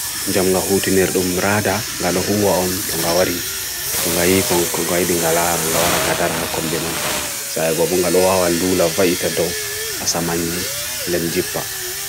Jam nga hootinir dum rada nga lo hoa on tonga wari tonga ii konga ii dingala rangawara nga darha kombiman. Sayagoponga lo hawa lula vaita do asa manji lenjipa.